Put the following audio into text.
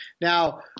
Now